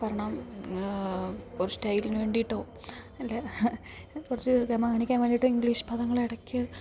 കാരണം കുറച്ച് സ്റ്റൈൽന് വേണ്ടീട്ടോ അല്ലേ കുറച്ച് ഗമ കാണിക്കാൻ വേണ്ടീട്ടോ ഇങ്ക്ലീഷ് പദങ്ങൾ ഇടയ്ക്ക്